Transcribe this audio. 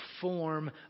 form